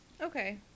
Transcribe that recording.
Okay